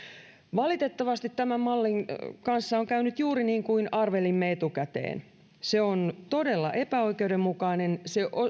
valitettavasti tämän mallin kanssa on käynyt juuri niin kuin arvelimme etukäteen se on todella epäoikeudenmukainen se